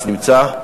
נמצא?